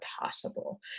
possible